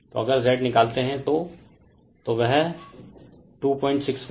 तो अगर Z निकालते है तो रेफेर टाइम 3536 देखें